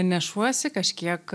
nešuosi kažkiek